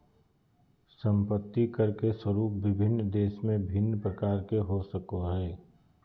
संपत्ति कर के स्वरूप विभिन्न देश में भिन्न प्रकार के हो सको हइ